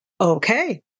okay